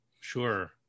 sure